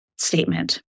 statement